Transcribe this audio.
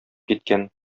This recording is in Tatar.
киткән